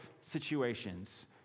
situations